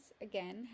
again